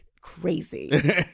crazy